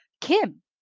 Kim